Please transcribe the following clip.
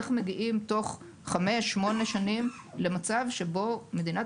ואיך מגיעים תוך חמש או שמונה שנים למצב שבו מדינת